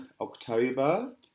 October